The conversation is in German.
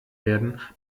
werden